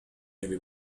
avait